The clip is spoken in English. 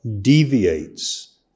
deviates